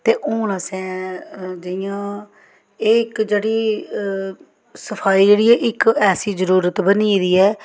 ते हून असें जि'यां एह् इक जेह्ड़ी सफाई जेह्ड़ी ऐ इक ऐसी जरूरत बनी गे दी ऐ